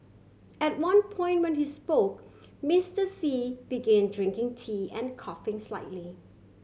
at one point when he spoke Mister Xi begin drinking tea and coughing slightly